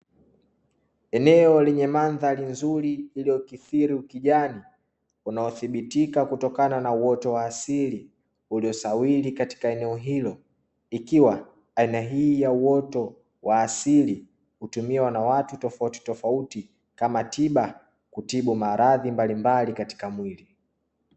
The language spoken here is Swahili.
Eneo lenye mandhari nzuri iliyokithiri ukijani, unaothibitika kutokana na uoto wa asili uliosawili katika eneo hilo; ikiwa aina hii ya uoto wa asili hutumiwa na watu tofautitofauti kama tiba, kutibu maradhi mbalimbali katika mwili.